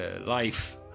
life